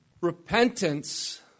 Repentance